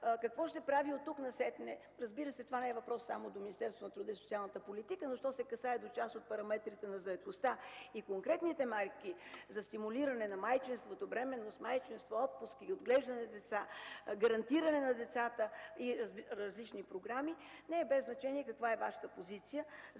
какво ще правите оттук насетне. Разбира се, това не е въпрос само до Министерството на труда и социалната политика, но що се касае до част от параметрите на заетостта и конкретните мерки за стимулиране на бременност, майчинство, отпуски и отглеждане на деца, гарантиране на децата и различни програми не е без значение каква е Вашата позиция. За мен